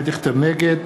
נגד